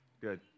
Good